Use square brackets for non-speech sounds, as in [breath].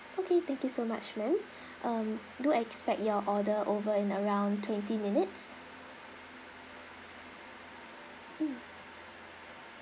okay thank you so much [breath] um do expect your order over in around twenty minutes mm